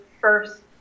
first